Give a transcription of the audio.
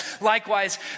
likewise